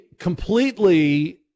completely